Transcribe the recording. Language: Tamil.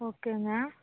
ஓகேங்க